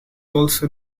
also